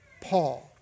Paul